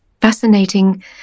fascinating